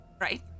Right